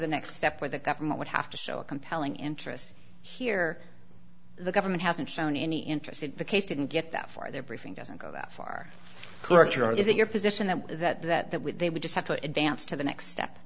the next step where the government would have to show a compelling interest here the government hasn't shown any interest in the case didn't get that far there briefing doesn't go that far character is it your position that that that that with they would just have to advance to the next step